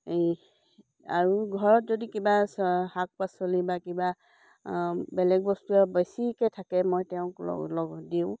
এই আৰু ঘৰত যদি কিবা চ শাক পাচলি বা কিবা বেলেগ বস্তুৱে বেছিকৈ থাকে মই তেওঁক ল ল'ব দিওঁ